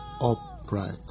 upright